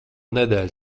nedēļu